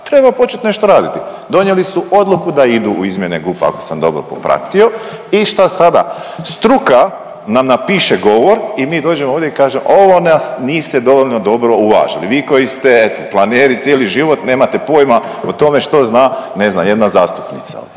treba počet nešto raditi. Donijeli su odluku da idu u izmjene GUP-a ako sam dobro popratio i šta sada? Struka nam napiše govor i mi dođemo ovdje i kažemo ovo nas niste dovoljno dobro uvažili, vi koji ste eto planeri cijeli život nemate pojma o tome što zna, ne znam, jedna zastupnica